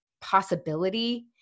possibility